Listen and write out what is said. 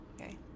Okay